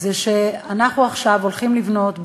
שאנחנו עכשיו הולכים לבנות,